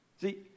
see